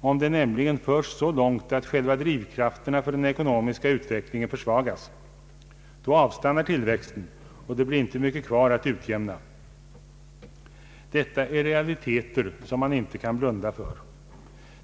om den nämligen förs så långt att själva drivkrafterna för den ekonomiska utvecklingen försvagas. Då avstannar tillväxten, och det blir inte mycket kvar att utjämna. Detta är realiteter som man inte kan blunda för.